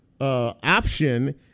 option